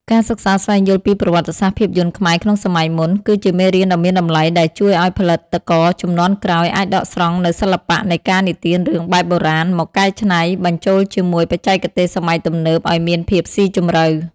ការសិក្សាស្វែងយល់ពីប្រវត្តិសាស្ត្រភាពយន្តខ្មែរក្នុងសម័យមុន គឺជាមេរៀនដ៏មានតម្លៃដែលជួយឱ្យផលិតករជំនាន់ក្រោយអាចដកស្រង់នូវសិល្បៈនៃការនិទានរឿងបែបបុរាណមកកែច្នៃបញ្ចូលជាមួយបច្ចេកទេសសម័យទំនើបឱ្យមានភាពស៊ីជម្រៅ។